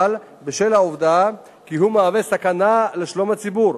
למשל בשל העובדה כי הוא מהווה סכנה לשלום הציבור.